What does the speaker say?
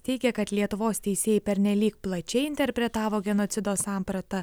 teigia kad lietuvos teisėjai pernelyg plačiai interpretavo genocido sampratą